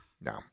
No